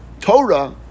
Torah